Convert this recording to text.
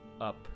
up